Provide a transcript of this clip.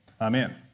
amen